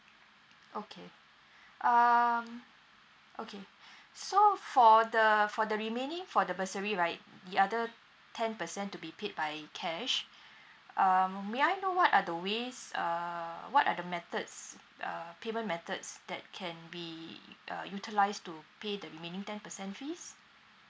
okay um okay so for the for the remaining for the bursary right the other ten percent to be paid by cash um may I know what are the ways uh what are the methods uh payment methods that can be uh utilised to pay the remaining ten percent fees